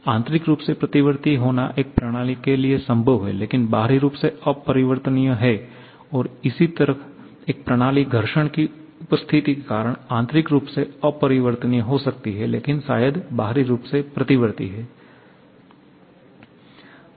आंतरिक रूप से प्रतिवर्ती होना एक प्रणाली के लिए संभव है लेकिन बाहरी रूप से अपरिवर्तनीय है और इसी तरह एक प्रणाली घर्षण की उपस्थिति के कारण आंतरिक रूप से अपरिवर्तनीय हो सकती है लेकिन शायद बाहरी रूप से प्रतिवर्ती है